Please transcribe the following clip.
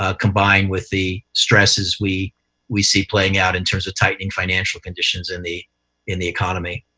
ah combined with the stresses we we see playing out in terms of tightening financial conditions in the in the economy.